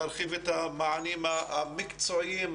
להרחיב את המענים המקצועיים,